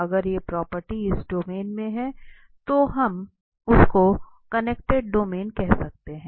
अगर ये प्रॉपर्टी इस डोमेन में हैं तो हम उसको कनेक्टेड डोमेन कह सकते हैं